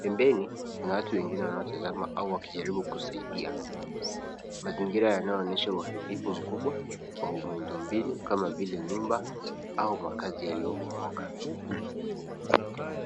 Pembeni kuna watu wengine wanao tazama au wakijaribu kusaidia. Mazingira yanayoonyesha uharibifu mkubwa wa miundo mbinu kama vile nyumba au makazi yaliyobomoka